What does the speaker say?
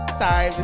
sorry